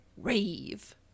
Rave